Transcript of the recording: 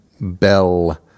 bell